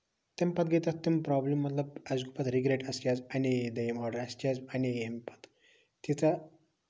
تَمہِ پَتہٕ گے تَتھ تِم پروبلِم مطلب اَسہِ گوٚو پَتہٕ رِگریٹ کہِ اَسہِ کیازِ اَنے یہِ دوٚیِم آدڑ اَسہِ کیازِ اَنے یِم پَتہٕ تیٖژاہ